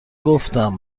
گفتم